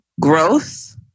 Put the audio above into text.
growth